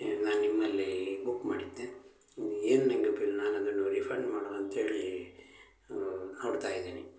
ನಾನು ನಿಮ್ಮಲ್ಲಿ ಬುಕ್ ಮಾಡಿದ್ದೆ ಇದು ಏನು ನನಗೆ ಬಿಲ್ ನಾನು ಅದನ್ನು ರೀಫಂಡ್ ಮಾಡುವ ಅಂತ ಹೇಳಿ ನೋಡ್ತಾ ಇದೀನಿ